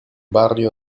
barrio